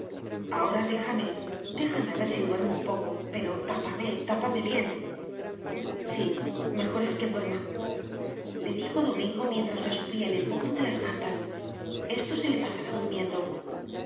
ahora déjame déjame a ver si duermo un poco pero tápame tápame bien sí mejor es que duermale dijo domingo mientras le subía el embozo de las mantas esto se le pasará durmiendo